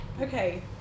okay